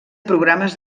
programes